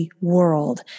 world